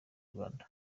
rwanda